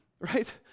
right